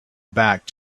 back